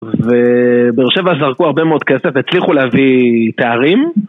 ובאר שבע זרקו הרבה מאוד כסף והצליחו להביא תארים